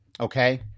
okay